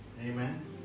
Amen